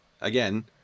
again